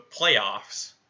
playoffs